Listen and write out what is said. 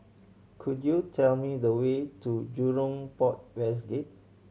could you tell me the way to Jurong Port West Gate